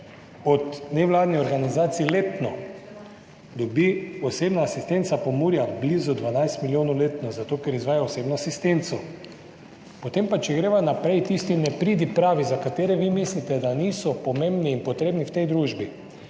od nevladnih organizacij letno dobi Osebna asistenca Pomurja, blizu 12 milijonov letno, zato ker izvajajo osebno asistenco. Potem pa, če greva naprej, tisti nepridipravi, za katere vi mislite, da niso pomembni in potrebni v tej družbi.